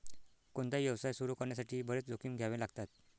कोणताही व्यवसाय सुरू करण्यासाठी बरेच जोखीम घ्यावे लागतात